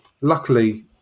luckily